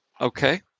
okay